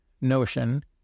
Notion